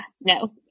no